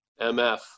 MF